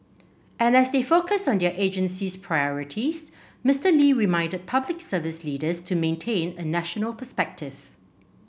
and as they focus on their agency's priorities Mister Lee reminded Public Service leaders to maintain a national perspective